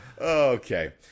okay